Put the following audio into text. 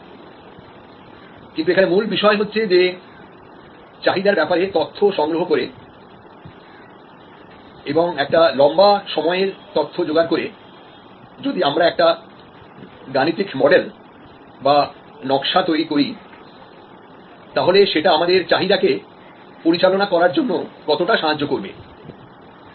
কিন্তু এখানে মূল বিষয় হচ্ছে যে চাহিদার ব্যাপারে তথ্য সংগ্রহ করে এবং একটা লম্বা সময়ের তথ্য জোগাড় করে যদি আমরা একটা গাণিতিক মডেলতৈরি করি তাহলে সেটা আমাদের চাহিদাকে পরিচালনা করার জন্য কতটা সাহায্য করবে